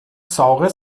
saure